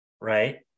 right